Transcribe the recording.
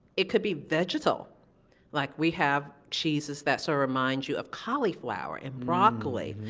it could be vegetal like we have cheeses that so remind you of cauliflower and broccoli.